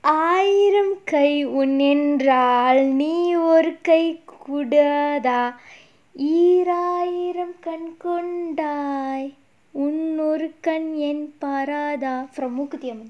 நின்றாள் நீ ஒரு கை ஈராயிரம் கை கொண்டாய்:nindral nee oru kai eeraaiyiram kai kondaai from மூக்குத்தி அம்மன்:mookuthi amman